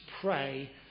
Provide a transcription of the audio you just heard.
pray